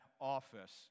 office